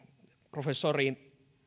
professori